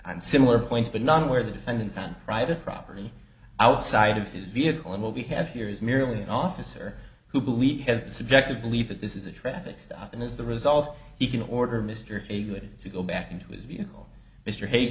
similar points but not where the defendants on private property outside of his vehicle and what we have here is merely an officer who believe he has subjective belief that this is a traffic stop and as the result he can order mr a good to go back into his vehicle mr ha